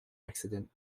accident